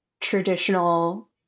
traditional